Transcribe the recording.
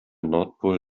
nordpol